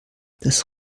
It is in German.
das